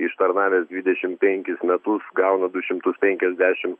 ištarnavęs dvidešim penkis metus gauna du šimtus penkiasdešim